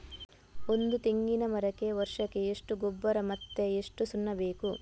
ಒಂದು ತೆಂಗಿನ ಮರಕ್ಕೆ ವರ್ಷಕ್ಕೆ ಎಷ್ಟು ಗೊಬ್ಬರ ಮತ್ತೆ ಎಷ್ಟು ಸುಣ್ಣ ಬೇಕು?